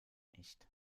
nicht